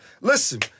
Listen